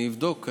אני אבדוק.